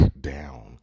down